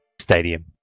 stadium